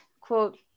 quote